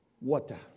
water